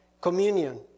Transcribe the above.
communion